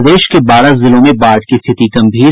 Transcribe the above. प्रदेश के बारह जिलों में बाढ़ की स्थिति गंभीर